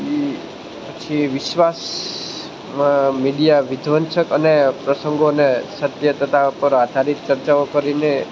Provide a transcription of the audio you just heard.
એ પછી વિશ્વાસમાં મીડિયા વિધ્વંસક અને પ્રસંગોને સત્યતતા પર આધારિત ચર્ચાઓ કરીને